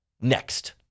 next